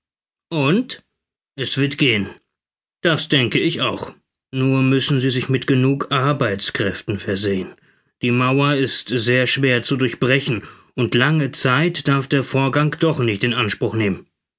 und es wird gehen das denke ich auch nur müssen sie sich mit genug arbeitskräften versehen die mauer ist sehr schwer zu durchbrechen und lange zeit darf der vorgang doch nicht in anspruch nehmen